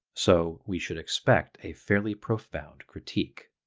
so we should expect a fairly profound critique.